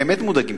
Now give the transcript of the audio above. באמת מודאגים.